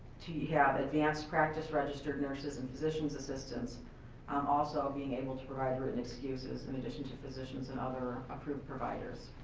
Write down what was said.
yeah have advanced practice registered nurses and physicians assistants um also being able to provide written excuses in addition to physicians and other approved providers.